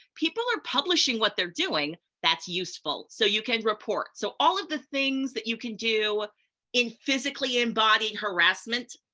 people are publishing what they're doing that's useful. so you can report. so all of the things that you can do in physically-embodied harassment,